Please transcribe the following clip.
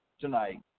tonight